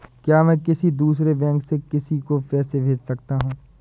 क्या मैं किसी दूसरे बैंक से किसी को पैसे भेज सकता हूँ?